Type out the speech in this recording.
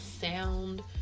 sound